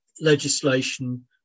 legislation